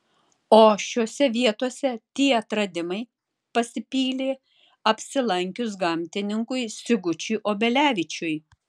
o šiose vietose tie atradimai pasipylė apsilankius gamtininkui sigučiui obelevičiui